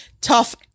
tough